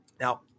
Now